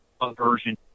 aversion